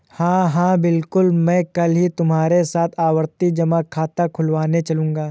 हां हां बिल्कुल मैं कल ही तुम्हारे साथ आवर्ती जमा खाता खुलवाने चलूंगा